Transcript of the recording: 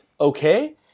Okay